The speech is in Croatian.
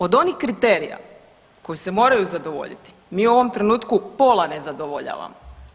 Od onih kriterija koji se moraju zadovoljiti mi u ovom trenutku pola ne zadovoljavamo.